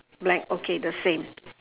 blank okay the same